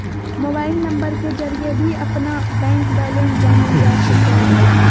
mobile number के जरिए भी अपना बैंक बैलेंस जानल जा सको हइ